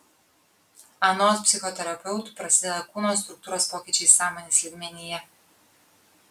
anot psichoterapeutų prasideda kūno struktūros pokyčiai sąmonės lygmenyje